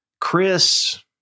Chris